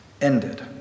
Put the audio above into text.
ended